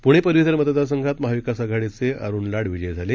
प्णेपदवीधरमतदारसंघातमहाविकासआघाडीचेअरुणलाडविजयीझाले